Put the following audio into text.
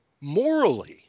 Morally